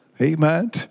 Amen